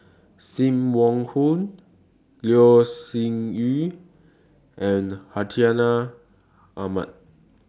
SIM Wong Hoo Loh Sin Yun and Hartinah Ahmad